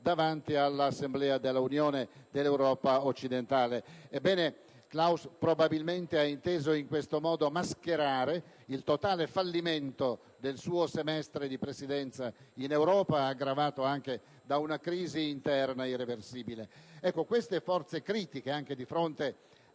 davanti all'assemblea dell'Unione dell'Europa occidentale. Ebbene, Klaus probabilmente ha inteso in questo modo mascherare il totale fallimento del suo semestre di presidenza in Europa, aggravato anche da una crisi interna irreversibile. Queste forze critiche, di fronte